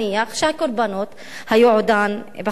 שהקורבנות היו עודן בחיים.